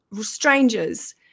strangers